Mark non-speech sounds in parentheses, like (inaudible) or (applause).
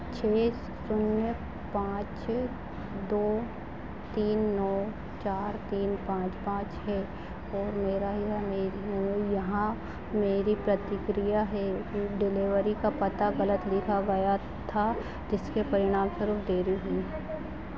छः शून्य पाँच दो तीन नौ चार तीन पाँच पाँच है और मेरा यह (unintelligible) यहां मेरी प्रतिक्रिया है डिलेवरी का पता गलत लिखा गया था जिसके परिणामस्वरुप देरी हुई